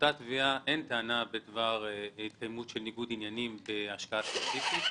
באותה תביעה אין טענה בדבר התקיימות של ניגוד עניינים בהשקעה ספציפית,